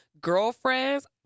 Girlfriends